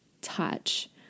touch